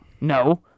No